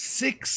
six